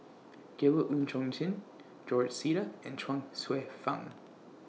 Gabriel Oon Chong Jin George Sita and Chuang Hsueh Fang